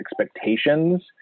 expectations